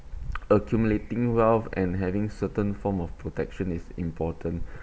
accumulating wealth and having certain form of protection is important